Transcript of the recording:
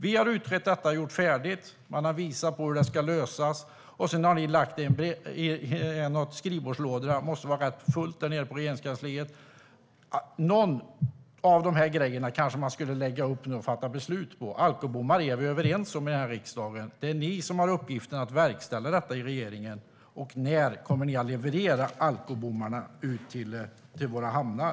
Vi har utrett detta och gjort färdigt, och man har visat hur det ska lösas, men sedan har ni lagt det i någon skrivbordslåda. Det måste vara rätt fullt i lådorna på Regeringskansliet. Någon av de här grejerna kanske man skulle kunna fatta beslut om nu. Alkobommar är vi överens om här i riksdagen. Det är ni i regeringen som har uppgiften att verkställa detta. När kommer ni att leverera alkobommarna ut till våra hamnar?